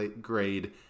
grade